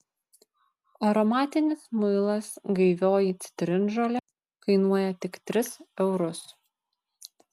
aromatinis muilas gaivioji citrinžolė kainuoja tik tris eurus